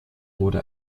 wurde